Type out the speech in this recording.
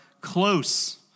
close